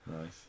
Nice